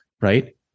right